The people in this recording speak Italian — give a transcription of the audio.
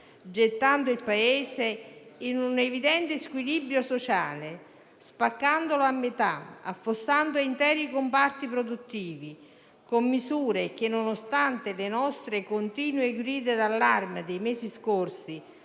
gettando il Paese in un evidente squilibrio sociale, spaccandolo a metà, affossando interi comparti produttivi, con misure che, nonostante le nostre continue grida d'allarme dei mesi scorsi,